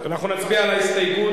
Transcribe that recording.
אנחנו מצביעים,